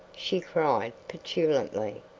she cried, petulantly.